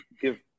give